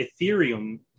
Ethereum